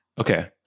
Okay